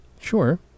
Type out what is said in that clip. Sure